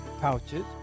pouches